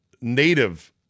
native